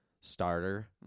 starter